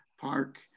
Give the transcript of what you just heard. park